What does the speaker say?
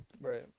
Right